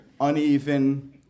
uneven